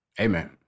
Amen